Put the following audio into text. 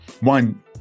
one